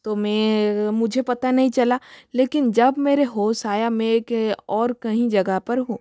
तो मैं मुझे पता नहीं चला लेकिन जब मेरे होश आया मैं एक और कहीं जगह पर हूँ